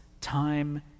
time